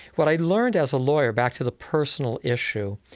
what i learned as a lawyer, back to the personal issue,